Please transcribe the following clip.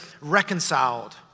reconciled